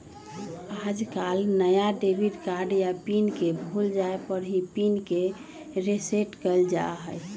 आजकल नया debit card या पिन के भूल जाये पर ही पिन के रेसेट कइल जाहई